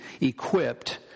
equipped